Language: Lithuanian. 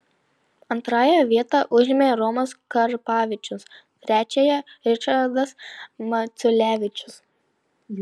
antrąją vietą užėmė romas karpavičius trečiąją ričardas maculevičius